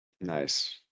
Nice